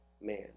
man